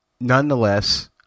Nonetheless